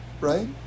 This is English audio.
right